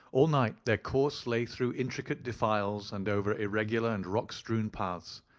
all night their course lay through intricate defiles and over irregular and rock-strewn paths.